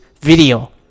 video